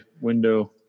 window